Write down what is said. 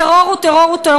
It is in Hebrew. טרור הוא טרור